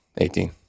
18